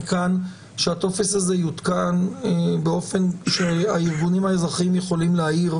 תוצאות בדיקה כאמור יימסרו לנפגע העבירה,